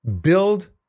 build